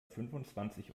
fünfundzwanzig